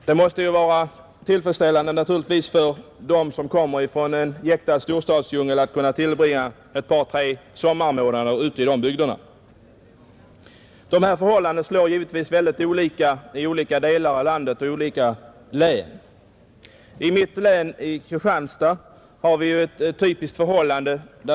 Det måste naturligtvis vara tillfredsställande för den som kommer ifrån en jäktad storstadsdjungel att kunna tillbringa ett par tre sommarmånader ute i sådana bygder. Dessa förhållanden slår givetvis mycket olika i olika delar av landet och i olika län, I mitt län, Kristianstads län, har vi ett typiskt förhållande.